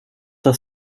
dann